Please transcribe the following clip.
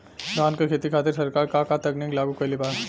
धान क खेती खातिर सरकार का का तकनीक लागू कईले बा?